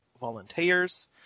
volunteers